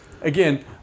Again